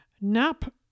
nap